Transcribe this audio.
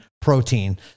protein